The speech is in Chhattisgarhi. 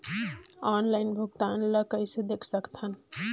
ऑनलाइन भुगतान ल कइसे देख सकथन?